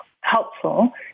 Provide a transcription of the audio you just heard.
helpful